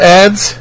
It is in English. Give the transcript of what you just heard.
ads